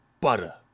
butter